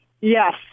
Yes